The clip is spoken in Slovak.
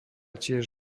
tiež